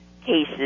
cases